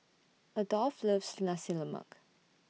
Adolph loves Nasi Lemak